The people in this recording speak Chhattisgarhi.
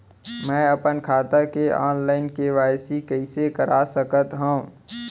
मैं अपन खाता के ऑनलाइन के.वाई.सी कइसे करा सकत हव?